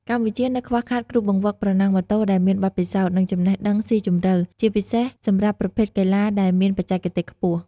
កម្ពុជានៅខ្វះខាតគ្រូបង្វឹកប្រណាំងម៉ូតូដែលមានបទពិសោធន៍ និងចំណេះដឹងស៊ីជម្រៅ ជាពិសេសសម្រាប់ប្រភេទកីឡាដែលមានបច្ចេកទេសខ្ពស់។